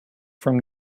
from